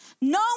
No